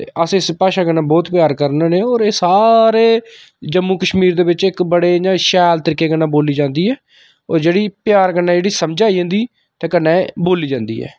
ते अस इस भाशा कन्नै बोह्त प्यार करने होन्ने होर एह् सारे जम्मू कश्मीर दे बिच्च इक बड़े इ'यां शैल तरीके कन्नै बोल्ली जांदी ऐ ओह् जेह्ड़ी प्यार कन्नै जेह्ड़ी समझ आई जंदी ते कन्नै एह् बोल्ली जांदी ऐ